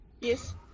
Yes